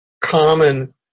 common